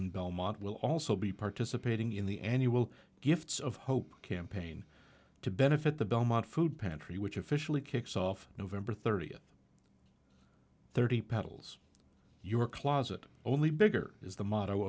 in belmont will also be participating in the ne will gifts of hope campaign to benefit the belmont food pantry which officially kicks off november thirtieth thirty petals your closet only bigger is the motto